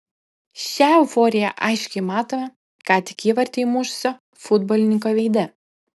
šią euforiją aiškiai matome ką tik įvartį įmušusio futbolininko veide